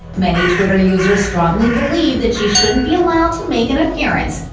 many twitter users strongly believe that she shouldn't be allowed to make an appearance.